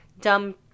dumb